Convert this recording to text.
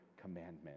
commandment